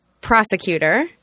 prosecutor